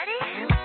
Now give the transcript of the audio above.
ready